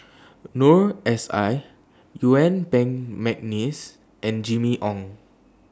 Noor S I Yuen Peng Mcneice and Jimmy Ong